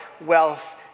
wealth